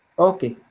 okay.